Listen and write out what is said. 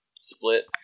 split